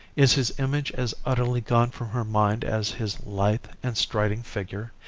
is his image as utterly gone from her mind as his lithe and striding figure,